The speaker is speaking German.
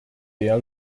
der